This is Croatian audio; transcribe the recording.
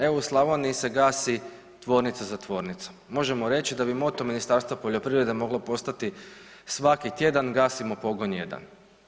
Evo u Slavoniji se gasi tvornica za tvornicom možemo reći da bi moto Ministarstva poljoprivrede moglo postati „svaki tjedan gasimo pogon jedan“